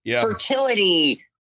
fertility